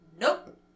nope